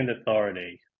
authority